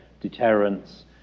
deterrence